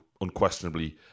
unquestionably